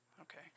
okay